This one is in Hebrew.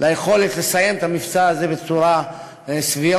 ליכולות לסיים את המבצע הזה בצורה סבירה.